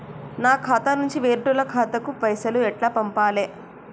నా ఖాతా నుంచి వేరేటోళ్ల ఖాతాకు పైసలు ఎట్ల పంపాలే?